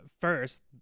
First